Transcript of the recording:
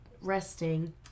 resting